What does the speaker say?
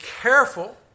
careful